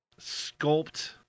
sculpt